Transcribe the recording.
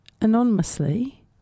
anonymously